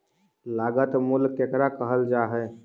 लागत मूल्य केकरा कहल जा हइ?